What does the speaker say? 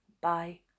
bye